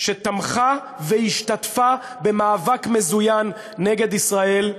שתמכה והשתתפה במאבק מזוין נגד ישראל,